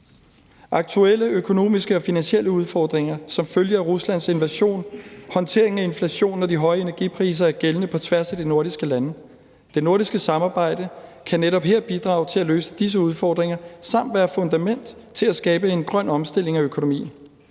Aktuelle økonomiske og finansielle udfordringer som følge af Ruslands invasion, håndteringen af inflation og de høje energipriser er gældende på tværs af de nordiske lande. Det nordiske samarbejde kan netop her bidrage til at løse disse udfordringer samt være fundament for at skabe en grøn omstilling af økonomien.